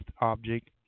object